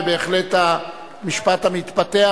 ובהחלט המשפט המתפתח,